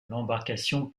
l’embarcation